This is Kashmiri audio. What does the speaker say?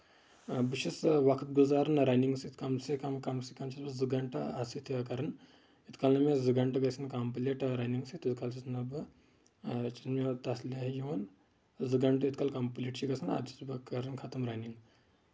بہٕ چھُس وقت گُزاران رَنِنگ سۭتۍ کَم سے کَم کَم سے کَم چھُس بہٕ زٕ گنٛٹہٕ اَتھ سۭتۍ کران یوٗت کال نہٕ مےٚ زٕ گنٛٹہٕ گژھَن کَمپٔلیٖٹ رَنِنگ سۭتۍ تیوٗت کال چھُس نہٕ بہٕ چھ نہٕ مےٚ تسلیاہ یِوان زٕ گنٛٹہٕ یوٗت کال کَمپٔلیٖٹ چھ گژھان اَدٕ چھُس بہٕ کران ختم رَنِنگ